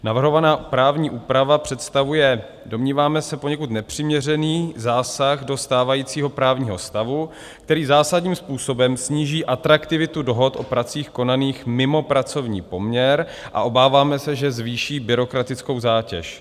Navrhovaná právní úprava představuje, domníváme se, poněkud nepřiměřený zásah do stávajícího právního stavu, který zásadním způsobem sníží atraktivitu dohod o pracích konaných mimo pracovní poměr, a obáváme se, že zvýší byrokratickou zátěž.